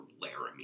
Laramie